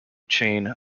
chain